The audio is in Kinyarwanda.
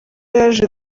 yaje